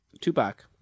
Tupac